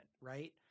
right